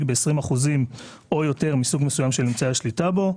ב-20 אחוזים או יותר מסוג מסוים של אמצעי שליטה בו.